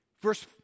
verse